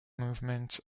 movement